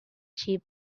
cheap